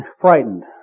frightened